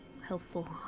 helpful